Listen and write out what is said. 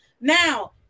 Now